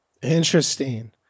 Interesting